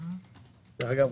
דרך אגב,